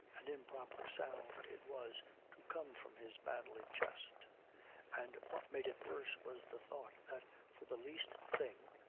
an improper sound it was to come from his manly chest and what made it worse was the thought that for the least thing,